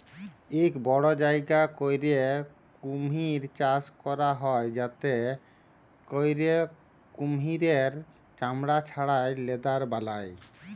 ইক বড় জায়গা ক্যইরে কুমহির চাষ ক্যরা হ্যয় যাতে ক্যইরে কুমহিরের চামড়া ছাড়াঁয় লেদার বালায়